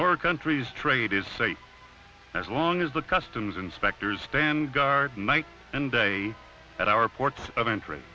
our country's trade is safe as long as the customs inspectors stand guard night and day at our ports of entry